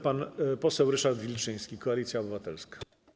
Pan poseł Ryszard Wilczyński, Koalicja Obywatelska.